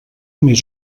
més